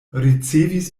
ricevis